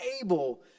able